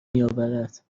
میاورد